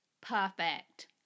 Perfect